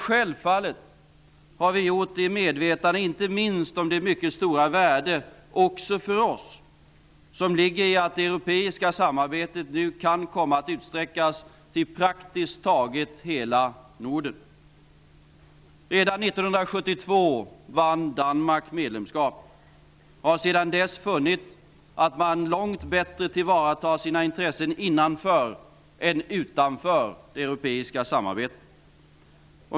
Självfallet har vi gjort det i medvetande om inte minst det mycket stora värde också för oss som ligger i att det europeiska samarbetet nu kan komma att utsträckas till praktiskt taget hela Redan 1972 vann Danmark medlemskap, och man har sedan dess funnit att man långt bättre tillvaratar sina intressen innanför än utanför det europeiska samarbetet.